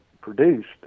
produced